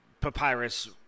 papyrus